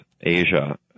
Asia